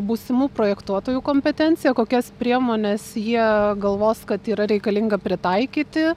būsimų projektuotojų kompetencija kokias priemones jie galvos kad yra reikalinga pritaikyti